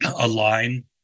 align